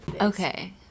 Okay